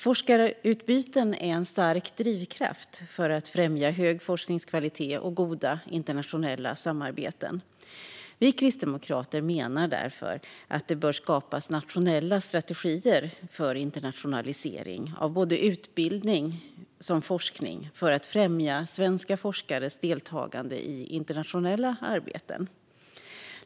Forskarutbyten är en stark drivkraft för att främja hög forskningskvalitet och goda internationella samarbeten. Vi kristdemokrater menar därför att det bör skapas nationella strategier för internationalisering av både utbildning och forskning för att främja svenska forskares deltagande i internationella arbeten.